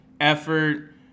effort